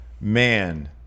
man